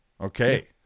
Okay